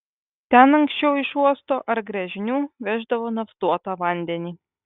ten anksčiau iš uosto ar gręžinių veždavo naftuotą vandenį